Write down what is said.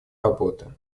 работы